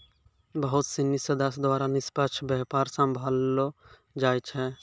बहुत सिनी सदस्य द्वारा निष्पक्ष व्यापार सम्भाललो जाय छै